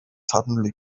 suddenly